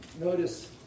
notice